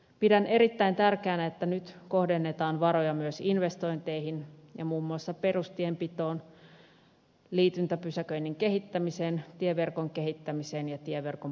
pidän erittäin tärkeänä että nyt kohdennetaan varoja myös investointeihin ja muun muassa perustienpitoon liityntäpysäköinnin kehittämiseen tieverkon kehittämiseen ja tieverkon parannustöihin